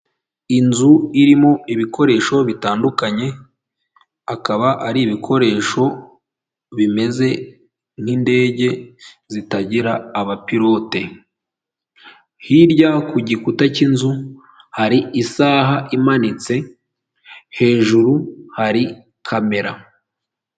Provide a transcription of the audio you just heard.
Inzu irimo ibikoresho bitandukanye, akaba ari ibikoresho bimeze nk'indege zitagira abapilote, hirya ku gikuta cy'inzu hari isaha imanitse, hejuru hari kamera.